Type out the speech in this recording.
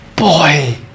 Boy